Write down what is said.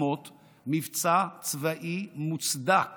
מבצע שומר החומות, מבצע צבאי מוצדק